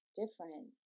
different